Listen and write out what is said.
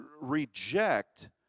reject